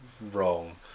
wrong